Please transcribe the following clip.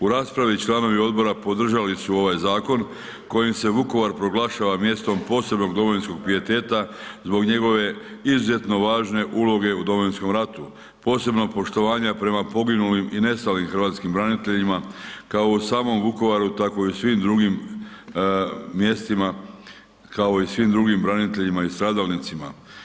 U raspravi članovi odbora podržali su ovaj zakon kojim se Vukovar proglašava mjestom posebnog domovinskog pijeteta zbog njegove izuzetno važne uloge u domovinskom ratu, posebno poštovanja prema poginulim i nestalim hrvatskim braniteljima kao u samom Vukovaru tako i u svim drugim mjestima, kao i svim drugim braniteljima i stradalnicima.